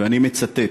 ואני מצטט: